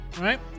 right